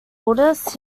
buddhists